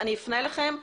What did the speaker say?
אפנה אליכם,